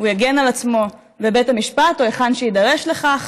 הוא יגן על עצמו בבית המשפט, או היכן שיידרש לכך,